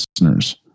listeners